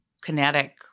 kinetic